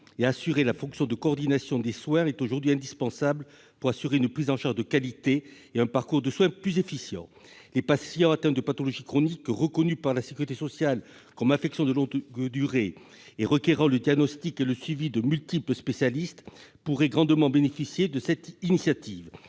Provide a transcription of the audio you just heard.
et à assurer la fonction de coordination des soins est aujourd'hui indispensable pour assurer une prise en charge de qualité et un parcours de soins plus efficient. Les patients atteints de pathologies chroniques reconnues par la sécurité sociale comme affection de longue durée, ou ALD, et requérant le diagnostic et le suivi de multiples spécialistes pourraient grandement bénéficier de cette initiative.